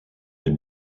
est